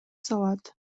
салат